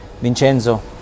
Vincenzo